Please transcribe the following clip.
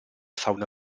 fauna